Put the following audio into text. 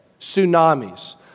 tsunamis